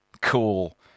cool